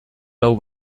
lau